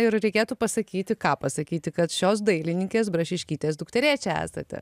ir reikėtų pasakyti ką pasakyti kad šios dailininkės brašiškytės dukterėčia esate